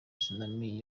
tsunami